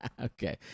Okay